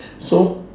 so